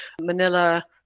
Manila